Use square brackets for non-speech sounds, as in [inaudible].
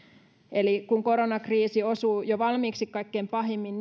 eli kun koronakriisi osuu kaikkein pahimmin [unintelligible]